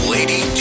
Lady